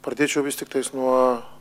pradėčiau vis tiktais nuo